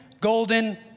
golden